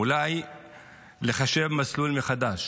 אולי לחשב מסלול מחדש